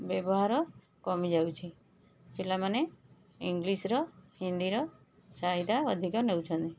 ବ୍ୟବହାର କମି ଯାଉଛି ପିଲାମାନେ ଇଂଲିଶ୍ର ହିନ୍ଦୀର ଚାହିଦା ଅଧିକ ନେଉଛନ୍ତି